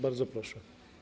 Bardzo proszę.